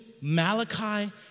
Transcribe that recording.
Malachi